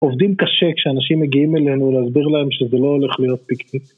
עובדים קשה כשאנשים מגיעים אלינו להסביר להם שזה לא הולך להיות פיקניק.